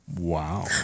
Wow